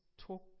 talk